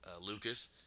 Lucas